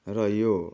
र यो